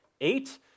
eight